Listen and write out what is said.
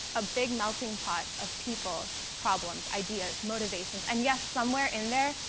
a big melting pot of people, problems, ideas, motivations, and yes, somewhere in there,